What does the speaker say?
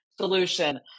solution